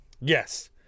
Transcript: yes